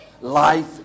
Life